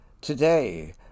Today